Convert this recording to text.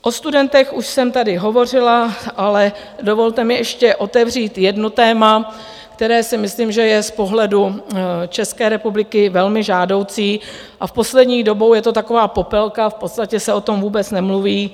O studentech už jsem tady hovořila, ale dovolte mi ještě otevřít jedno téma, které si myslím, že je z pohledu České republiky velmi žádoucí, a poslední dobou je to taková Popelka, v podstatě se o tom vůbec nemluví.